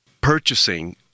purchasing